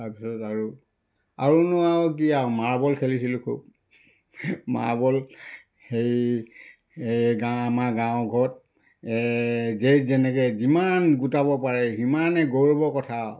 তাৰপিছত আৰু আৰু নোৱাৰো কি আৰু মাৰ্বল খেলিছিলোঁ খুব মাৰ্বল হেৰি গাঁ আমাৰ গাঁও ঘৰত এই যেই যেনেকৈ যিমান গোটাব পাৰে সিমানে গৌৰৱৰ কথা আৰু